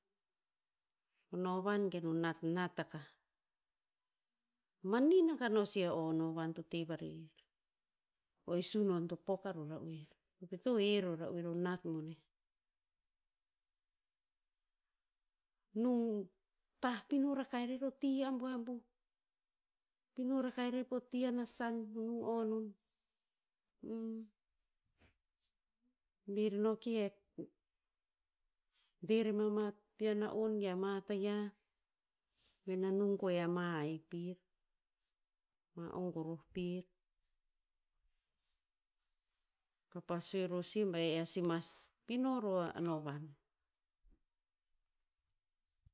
O novan gen o natnat akah. Manin akah no sih o novan to te varer. O e sunon to pok aro ra'oer. I to he ro ra'oer o nat boneh. Nung tah pino rakah irer o ti abuabuh. Pino rakah erer po a nasan nung o non. bir no ki hek, de rema ama pia na'on ge ama tayiah, ven a nung kohe ama haih pir. Ma o goroh pir. Kapa sue ror sih ba ear si mas pino ro a novan